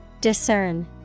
Discern